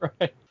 Right